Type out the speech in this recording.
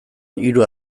hiru